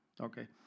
okay